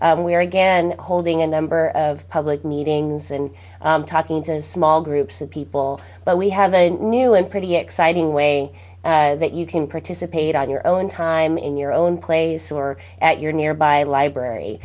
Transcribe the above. public we're again holding a number of public meetings and talking to a small groups of people but we have a new and pretty exciting way that you can participate on your own time in your own place or at your nearby library